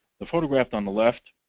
the photograph on the left,